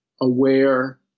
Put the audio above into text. aware